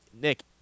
Nick